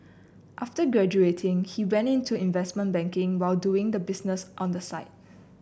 after graduating he went into investment banking while doing the business on the side